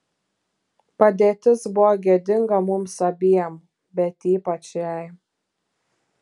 padėtis buvo gėdinga mums abiem bet ypač jai